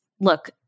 look